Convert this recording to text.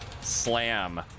slam